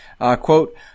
Quote